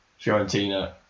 Fiorentina